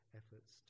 efforts